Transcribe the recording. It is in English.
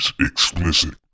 explicit